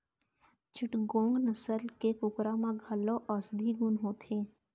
चिटगोंग नसल के कुकरा म घलौ औसधीय गुन होथे